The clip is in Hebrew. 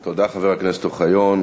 תודה, חבר הכנסת אוחיון.